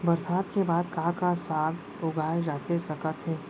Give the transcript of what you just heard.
बरसात के बाद का का साग उगाए जाथे सकत हे?